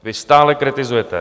Vy stále kritizujete.